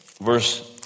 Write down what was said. verse